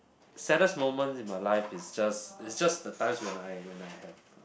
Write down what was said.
saddest moment in my life is just is just the times when I when I have